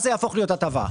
אלא הטבה.